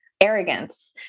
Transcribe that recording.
arrogance